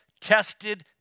tested